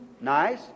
Nice